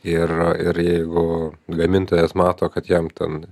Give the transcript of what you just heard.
ir ir jeigu gamintojas mato kad jam ten